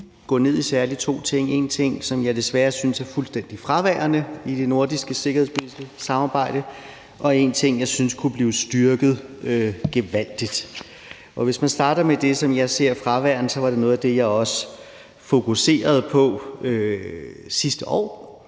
vil gå ned i særlig to ting: En ting, som jeg desværre synes er fuldstændig fraværende i det nordiske sikkerhedspolitiske samarbejde, og så en ting, jeg synes kunne blive styrket gevaldigt. Hvis man starter med det, som jeg ser som fraværende, så var det noget af det, jeg også fokuserede på sidste år,